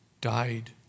died